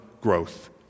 growth